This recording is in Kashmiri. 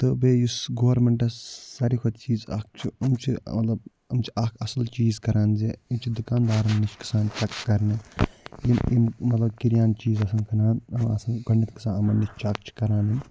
تہٕ بیٚیہِ یُس گورمِنٹَس ساروی کھۄتہٕ چیٖز اَکھ چھِ یِم چھِ مطلب یِم چھِ اَکھ اَصٕل چیٖز کران زِ یِم چھِ دُکاندارَن نِش گژھان کرنہِ یِم یِم مطلب کِریان چیٖز آسَن کٕنان یِم آسَن گۄڈٕنٮ۪تھ گژھان یِمَن نِش چیٚک چھِ کران یِم